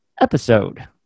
episode